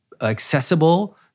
accessible